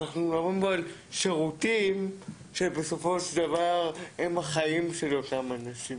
אנחנו מדברים פה על שירותים שבסופו של דבר הם החיים של אותם אנשים.